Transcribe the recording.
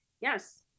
Yes